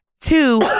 two